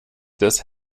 des